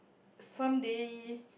some day